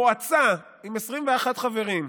מועצה עם 21 חברים,